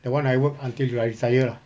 that one I work until yo~ I retire lah